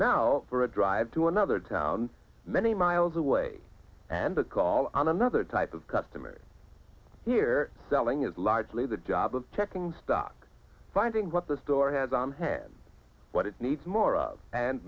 now for a drive to another town many miles away and a call on another type of customer here selling is largely the job of checking stock finding what the store has on hand what it needs more of and